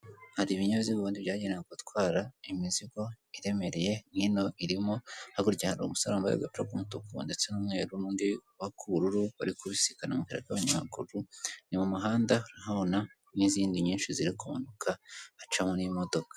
Hari ibinyabiziga ubundi byagenewe gutwara imizigo iremereye nino irimo hakurya hari umusore wambaye agapira k'umutuku ndetse n'umweru n'undi wak'ubururu bari kubisikana mukayira ka banyamaguru, ni mu muhanda urahabona n'izindi nyinshi ziri kumanuka hacamo n'imodoka.